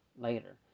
later